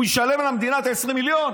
הוא ישלם למדינה את ה-20 מיליון?